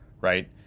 right